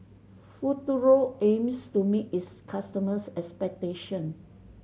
Futuro aims to meet its customers' expectation